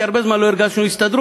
כי הרבה זמן לא הרגשנו הסתדרות,